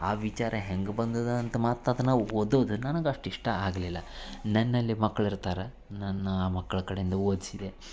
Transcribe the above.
ಆ ವಿಚಾರ ಹೆಂಗೆ ಬಂದದ ಅಂತ ಮತ್ತು ಅದನ್ನು ಓದೋದನ್ನು ನನ್ಗೆ ಅಷ್ಟು ಇಷ್ಟ ಆಗಲಿಲ್ಲ ನನ್ನಲ್ಲಿ ಮಕ್ಳಿರ್ತಾರೆ ನನ್ನ ಮಕ್ಕಳ ಕಡೆಯಿಂದ ಓದಿಸಿದೆ